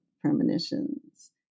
Premonitions